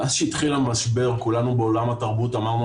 מאז שהתחיל המשבר כולנו בעולם התרבות אמרנו